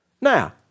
Now